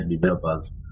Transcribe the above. developers